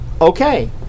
okay